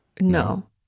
no